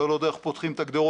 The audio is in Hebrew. אתה לא יודע איך פותחים את הגדרות.